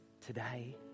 today